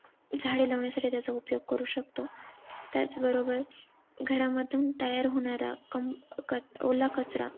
झाडे लावण्यासाठी त्याचा उपयोग करू शकतो त्याचबरोबर घरामधून तयार होणारा कम क ओला कचरा